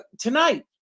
tonight